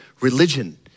religion